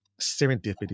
serendipity